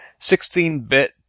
16-bit